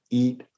eat